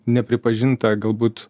nepripažintą galbūt